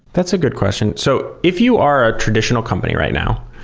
that's a good question. so if you are ah traditional company right now,